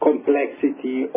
complexity